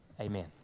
Amen